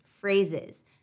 phrases